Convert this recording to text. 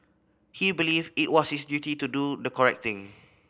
he believed it was his duty to do the correct thing